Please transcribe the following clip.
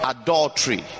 adultery